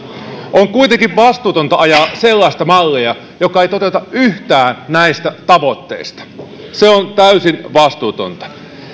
on kuitenkin vastuutonta ajaa sellaista mallia joka ei toteuta yhtään näistä tavoitteista se on täysin vastuutonta